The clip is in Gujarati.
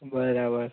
બરાબર